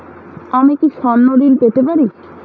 আমি কি স্বর্ণ ঋণ পেতে পারি?